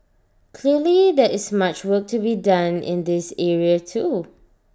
clearly there is much work to be done in this area too